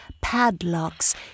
padlocks